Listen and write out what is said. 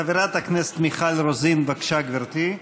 חברת הכנסת מיכל רוזין, בבקשה, גברתי.